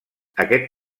aquest